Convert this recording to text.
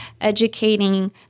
educating